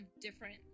different